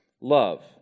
love